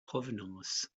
provenance